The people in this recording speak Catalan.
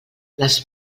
les